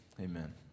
amen